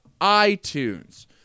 iTunes